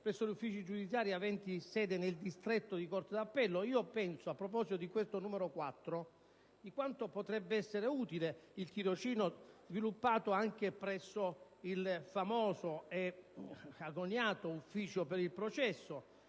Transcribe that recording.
presso uffici giudiziari aventi sede nel distretto di Corte d'appello. A proposito di quest'ultimo punto, penso a quanto potrebbe essere utile il tirocinio sviluppato anche presso il famoso, agognato ufficio per il processo,